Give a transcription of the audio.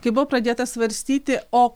kai buvo pradėtas svarstyti o